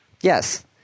Yes